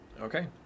Okay